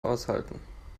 aushalten